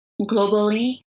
globally